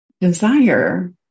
Desire